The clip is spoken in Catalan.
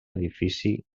edifici